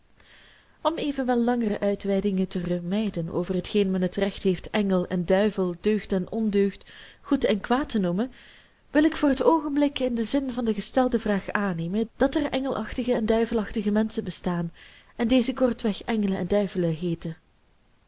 om evenwel langere uitwijdingen te vermijden over hetgeen men het recht heeft engel en duivel deugd en ondeugd goed en kwaad te noemen wil ik voor het oogenblik in den zin van de gestelde vraag aannemen dat er engelachtige en duivelachtige menschen bestaan en dezen kortweg engelen en duivelen heeten